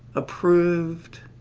approved,